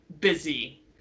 busy